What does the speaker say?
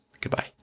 Goodbye